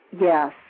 Yes